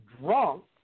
drunk